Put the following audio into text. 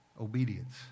obedience